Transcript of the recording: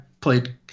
played